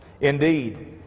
Indeed